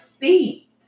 feet